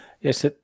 Yes